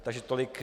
Takže tolik.